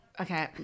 okay